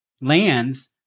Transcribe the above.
lands